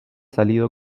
salido